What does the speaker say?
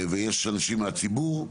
ויש אנשים מהציבור.